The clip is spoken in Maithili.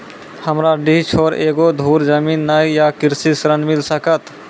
हमरा डीह छोर एको धुर जमीन न या कृषि ऋण मिल सकत?